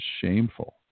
shameful